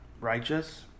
righteous